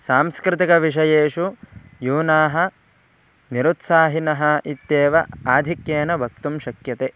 सांस्कृतिकविषयेषु यूनः निरुत्साहिनः इत्येव आधिक्येन वक्तुं शक्यते